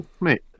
mate